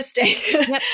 interesting